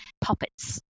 puppets